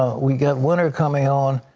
ah we've got winter coming on.